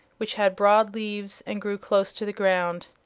which had broad leaves and grew close to the ground.